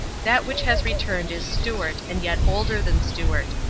that which has returned is stuart and yet older than stuart.